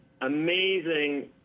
amazing